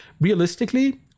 Realistically